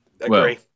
Agree